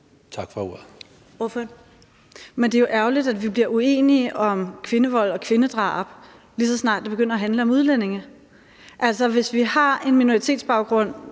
Vermund (NB): Men det er jo ærgerligt, at vi bliver uenige om kvindevold og kvindedrab, lige så snart det begynder at handle om udlændinge. Hvis vi har nogle med en minoritetsbaggrund,